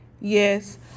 Yes